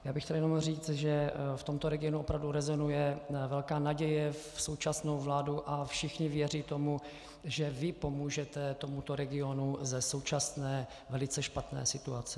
Já bych chtěl jenom říct, že v tomto regionu opravdu rezonuje velká naděje v současnou vládu a všichni věří tomu, že vy pomůžete tomuto regionu ze současné velice špatné situace.